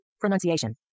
Pronunciation